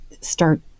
start